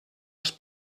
els